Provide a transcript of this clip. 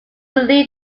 leave